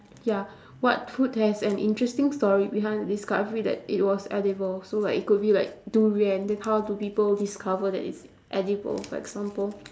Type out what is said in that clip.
ya what food has an interesting story behind the discovery that it was edible so like it could be like durian then how do people discover that it's edible for example